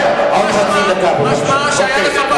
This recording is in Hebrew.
משמע שהיה לך,